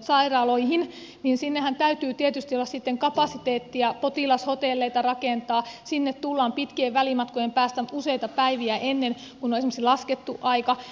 sairaaloihin niin sinnehän täytyy tietysti olla sitten kapasiteettia potilashotelleita rakentaa sinne tullaan pitkien välimatkojen päästä useita päiviä ennen kuin on esimerkiksi laskettu aika